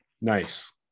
nice